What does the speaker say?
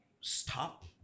stop